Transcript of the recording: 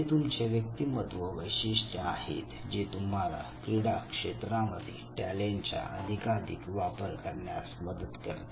हे तुमचे व्यक्तिमत्व वैशिष्ट्ये आहेत जे तुम्हाला क्रीडा क्षेत्रामध्ये टॅलेंट चा अधिकाधिक वापर करण्यास मदत करते